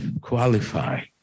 qualify